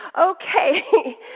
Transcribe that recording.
Okay